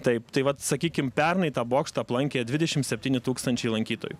taip tai vat sakykim pernai tą bokštą aplankė dvidešim septyni tūkstančiai lankytojų